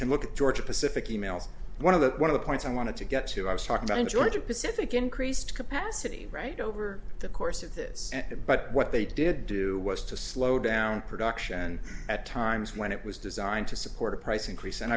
can look at georgia pacific e mails one of the one of the points i wanted to get to i was talking about in georgia pacific increased capacity right over the course of this but what they did do was to slow down production at times when it was designed to support a price increase